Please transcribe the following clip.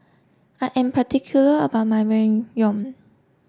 I am particular about my Ramyeon